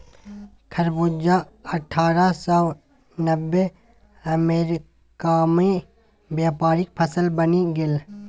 खरबूजा अट्ठारह सौ नब्बेमे अमेरिकामे व्यापारिक फसल बनि गेल